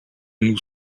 nous